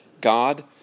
God